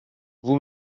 vous